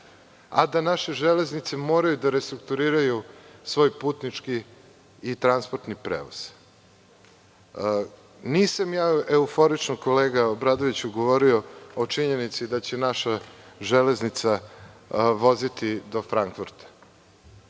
a da naše „Železnice“ moraju da restrukturiraju svoj putnički i transportni prevoz. Nisam euforično, kolega Obradoviću, govorio o činjenici da će naša železnica voziti do Frankfurta,